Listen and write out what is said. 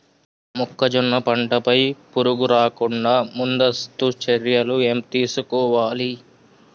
మొక్కజొన్న పంట పై పురుగు రాకుండా ముందస్తు చర్యలు ఏం తీసుకోవాలి?